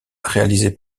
réalisée